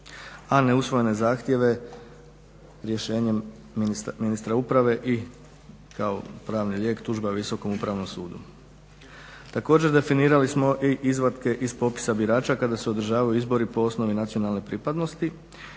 a ne usvojene zahtjeve rješenjem ministra uprave i kao pravni lijek tužba Visokom Upravnom sudu. Također definirali smo i izvatke iz popisa birača kada se održavaju izbori po osnovi nacionalne pripadnosti